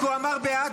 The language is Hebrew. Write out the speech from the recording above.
כי הוא אמר "בעד",